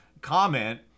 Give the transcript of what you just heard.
comment